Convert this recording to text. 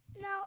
No